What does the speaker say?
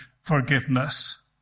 forgiveness